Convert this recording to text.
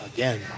Again